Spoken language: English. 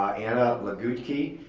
anna lagutke,